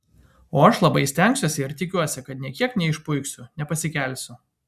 o aš labai stengsiuosi ir tikiuosi kad nė kiek neišpuiksiu nepasikelsiu